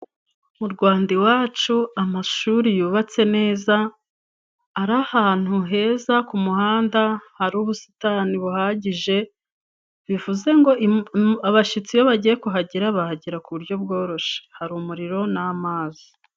Mu Rwanda iwacu, amashuri yubatse neza, ari ahantu heza ku muhanda, hari ubusitani buhagije, bivuze ngo abashyitsi iyo bagiye kuhagera, bahagera ku buryo bworoshe. Hari umuriro n'amazi.